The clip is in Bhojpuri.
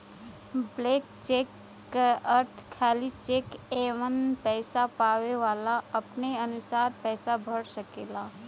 ब्लैंक चेक क अर्थ खाली चेक एमन पैसा पावे वाला अपने अनुसार पैसा भर सकेला